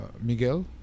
Miguel